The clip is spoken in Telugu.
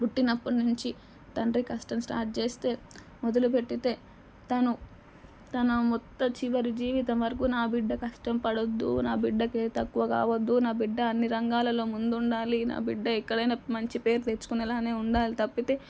పుట్టినప్పటి నుంచి తండ్రి కష్టం స్టార్ట్ చేస్తే మొదలుపెట్టితే తను తన మొత్త చివరి జీవితం వరకు నా బిడ్డ కష్టం పడవద్దు నా బిడ్డకు ఏ తక్కువ కావద్దు నా బిడ్డ అన్ని రంగాలలో ముందు ఉండాలి నా బిడ్డ ఎక్కడైనా మంచి పేరు తెచ్చుకునే లాగే ఉండాలి తప్పితే